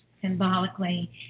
symbolically